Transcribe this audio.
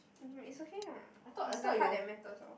it's okay ah it's the heart that matters orh